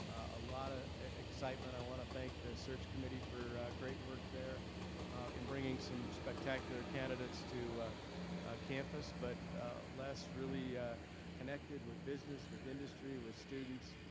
a lot of excitement. i wanna thank the search committee for a great work there in bringing some spectacular candidates to campus, but les really connected with business, with industry, with students,